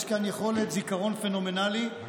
יש כאן יכולת זיכרון פנומנלית.